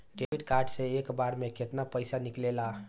Debit card से एक बार मे केतना पैसा निकले ला?